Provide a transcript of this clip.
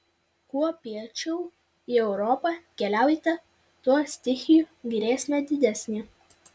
kuo piečiau į europą keliaujate tuo stichijų grėsmė didesnė